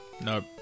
Nope